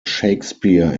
shakespeare